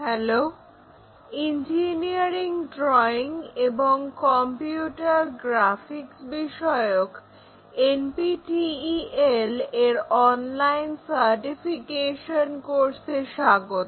hello engineering drawing এবং computer graphics বিষয়ক NPTEL এর অনলাইন সার্টিফিকেশন কোর্সে স্বাগত